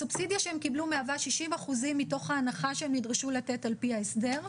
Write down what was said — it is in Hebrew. הסובסידיה שהם קיבלו מהווה 60% מתוך ההנחה שהם נדרשו לתת על פי ההסדר.